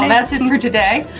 and that's it and for today.